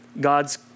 God's